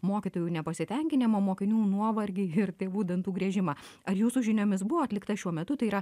mokytojų nepasitenkinimą mokinių nuovargį ir tėvų dantų griežimą ar jūsų žiniomis buvo atlikta šiuo metu tai yra